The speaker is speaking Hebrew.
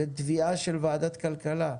זו תביעה של ועדת כלכלה,